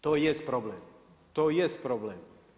To jest problem, to jest problem.